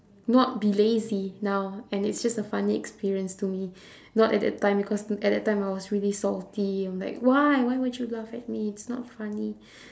not be lazy now and it's just a funny experience to me not at that time because at that time I was really salty I'm like why why would you laugh at me it's not funny